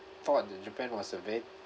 thought ja~ japan was a bit